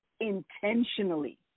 intentionally